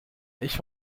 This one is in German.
ich